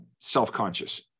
self-conscious